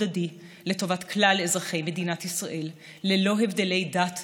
הדדי לטובת כלל אזרחי מדינת ישראל ללא הבדלי דת,